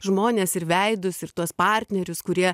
žmones ir veidus ir tuos partnerius kurie